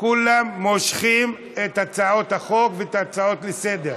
כולם מושכים את הצעות החוק ואת ההצעות לסדר-היום.